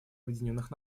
объединенных